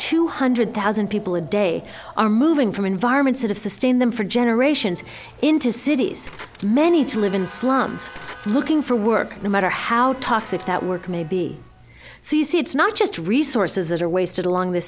two hundred thousand people a day are moving from environments that have sustained them for generations into cities many to live in slums looking for work no matter how toxic that work may be so you see it's not just resources that are wasted along the